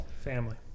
Family